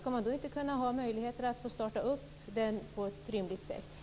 Skall det då inte finnas möjligheter att på ett rimligt sätt starta denna friskola?